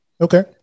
Okay